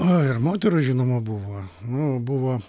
oi ir moterų žinoma buvo nu buvo